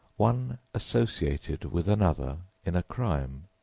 one associated with another in a crime,